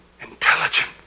intelligent